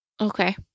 Okay